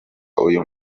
uyu